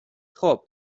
خوب